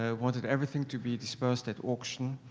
ah wanted everything to be dispersed at auction.